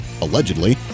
allegedly